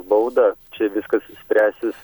bauda čia viskas spręsis